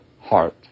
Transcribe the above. heart